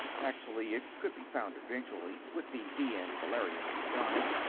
actually, it could be found eventually with the d n beryllium as a guide.